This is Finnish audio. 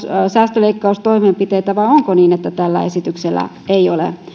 ja säästöleikkaustoimenpiteitä vai onko niin että tällä esityksellä ei ole